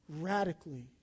radically